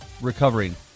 recovering